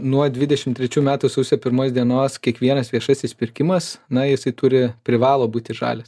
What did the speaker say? nuo dvidešim trečių metų sausio pirmos dienos kiekvienas viešasis pirkimas na jisai turi privalo būti žalias